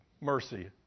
mercy